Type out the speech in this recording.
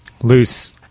loose